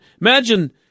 Imagine